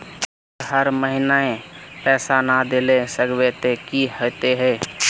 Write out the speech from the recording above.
अगर हर महीने पैसा ना देल सकबे ते की होते है?